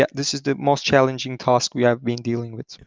yeah this is the most challenging task we have been dealing with.